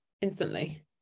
Instantly